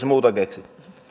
muuta keksi